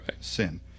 Sin